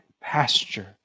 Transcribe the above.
pasture